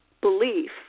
belief